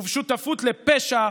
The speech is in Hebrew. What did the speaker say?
ובשותפות לפשע.